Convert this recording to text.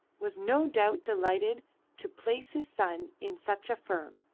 was no doubt delighted to place his son in such a firm.